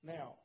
Now